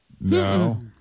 No